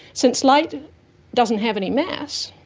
since light doesn't have any mass,